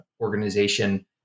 organization